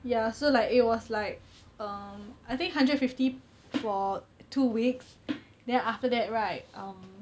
ya so like it was like um I think hundred and fifty for two weeks then after that right um